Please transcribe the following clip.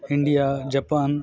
India Japan